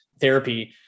therapy